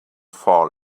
fall